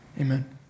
Amen